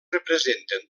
representen